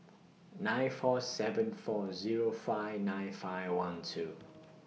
nine four seven four Zero five nine five one two